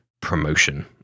promotion